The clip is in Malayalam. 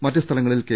മറ്റ് സ്ഥലങ്ങളിൽ കെ